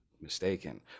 mistaken